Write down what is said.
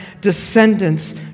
descendants